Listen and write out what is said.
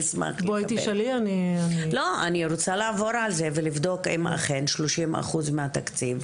אני רוצה לעבור על זה ולבדוק אם אכן שלושים ושלושה אחוז מהתקציב